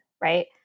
right